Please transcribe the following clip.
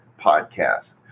podcast